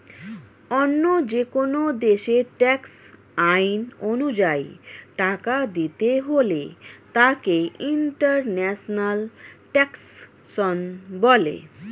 অন্য যেকোন দেশের ট্যাক্স আইন অনুযায়ী টাকা দিতে হলে তাকে ইন্টারন্যাশনাল ট্যাক্সেশন বলে